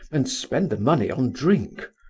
and spent the money on drink.